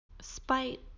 Spite